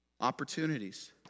Opportunities